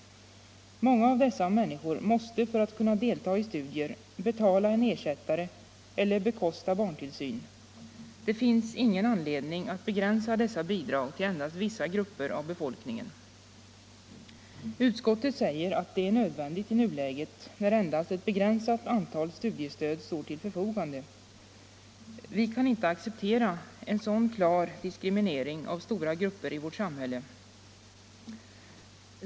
Många av dessa människor måste för att kunna delta i studier betala en ersättare eller bekosta barntillsyn. Det finns ingen anledning att begränsa bidragen till endast vissa grupper av befolkningen. Utskottet säger att detta är nödvändigt i nuläget när endast ett begränsat antal studiestöd står till förfogande. Vi kan inte acceptera en sådan klar diskriminering av stora grupper i vårt samhälle.